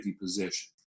position